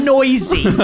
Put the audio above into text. Noisy